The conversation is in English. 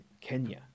Kenya